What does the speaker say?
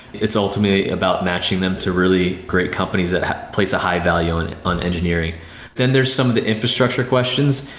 it's ultimately about matching them to really great companies that place a high value and on engineering then there's some of the infrastructure questions,